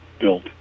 built